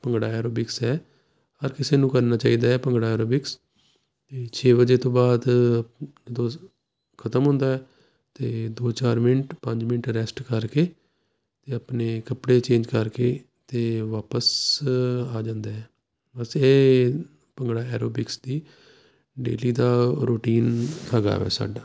bhangra aerobics ਹੈ ਹਰ ਕਿਸੇ ਨੂੰ ਕਰਨਾ ਚਾਹੀਦਾ ਭੰਗੜਾ ਐਰੋਬਿਕਸ ਛੇ ਵਜੇ ਤੋਂ ਬਾਅਦ ਖਤਮ ਹੁੰਦਾ ਅਤੇ ਦੋ ਚਾਰ ਮਿੰਟ ਪੰਜ ਮਿੰਟ ਰੈਸਟ ਕਰਕੇ ਅਤੇ ਆਪਣੇ ਕੱਪੜੇ ਚੇਂਜ ਕਰਕੇ ਅਤੇ ਵਾਪਿਸ ਆ ਜਾਂਦਾ ਬਸ ਇਹ ਭੰਗੜਾ ਐਰੋਬਿਕਸ ਦੀ ਡੇਲੀ ਦਾ ਰੂਟੀਨ ਹੈਗਾ ਸਾਡਾ